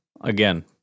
again